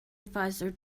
adviser